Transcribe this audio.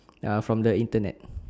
ya from the internet